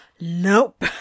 Nope